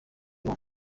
léon